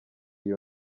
iyo